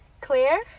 Claire